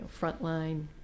frontline